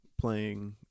playing